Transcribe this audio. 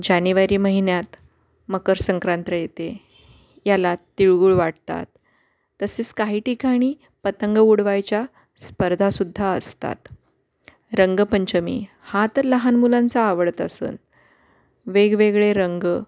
जानेवारी महिन्यात मकर संक्रांत येते याला तिळगूळ वाटतात तसेच काही ठिकाणी पतंग उडवायच्या स्पर्धा सुद्धा असतात रंगपंचमी हा तर लहान मुलांचा आवडता सण वेगवेगळे रंग